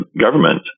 government